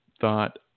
thought